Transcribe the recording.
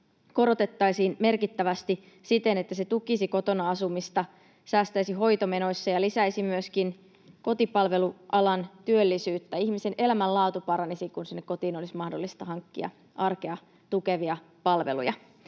korotettaisiin merkittävästi siten, että se tukisi kotona asumista, säästäisi hoitomenoissa ja lisäisi myöskin kotipalvelualan työllisyyttä. Ihmisen elämänlaatu paranisi, kun sinne kotiin olisi mahdollista hankkia arkea tukevia palveluja.